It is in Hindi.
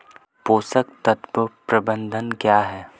पोषक तत्व प्रबंधन क्या है?